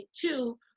two